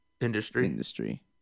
industry